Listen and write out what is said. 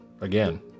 Again